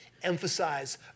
emphasize